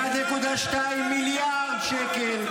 1.2 מיליארד שקל,